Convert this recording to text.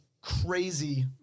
crazy